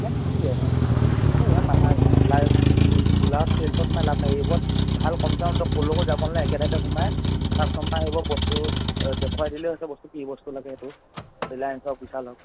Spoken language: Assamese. এই এয়া মাথা ৰিলায়েঞ্চ ডিলাৰত চেলচত সোমাই লাভ নাই এইবোৰত ভাল কমছে কম তই ক'লৈকো যাব নেলাগে একে ঠাইতে সোমাই কাষ্টমাৰ এইবোৰ বস্তু দেখুৱাই দিলে হয়টো হৈছে বস্তু কি বস্তু লাগে এইটো ৰিলায়েঞ্চ হওক বিশাল হওক